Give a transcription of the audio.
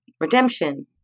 Redemption